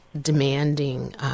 demanding